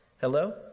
Hello